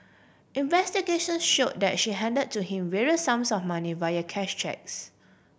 investigation show that she hand to him various sums of money via cash cheques